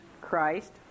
Christ